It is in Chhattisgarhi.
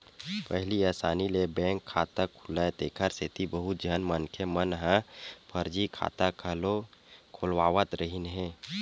पहिली असानी ले बैंक खाता खुलय तेखर सेती बहुत झन मनखे मन ह फरजी खाता घलो खोलवावत रिहिन हे